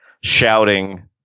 shouting